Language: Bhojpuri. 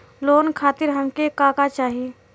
लोन खातीर हमके का का चाही?